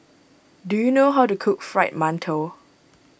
do you know how to cook Fried Mantou